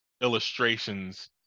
illustrations